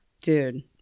Dude